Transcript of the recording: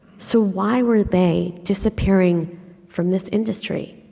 so why were they disappearing from this industry?